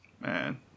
Man